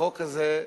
החוק הזה,